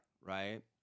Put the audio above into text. right